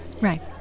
Right